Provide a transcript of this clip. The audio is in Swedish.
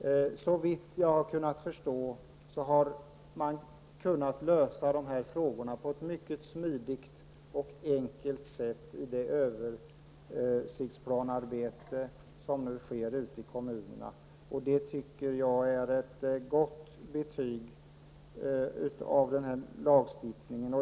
Såvitt jag förstår har man kunnat lösa dessa frågor på ett mycket smidigt och enkelt sätt i det översiktsplanearbete som nu sker ute i kommunerna. Det tycker jag är ett gott betyg till den här lagstiftningen.